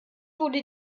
wurde